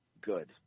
good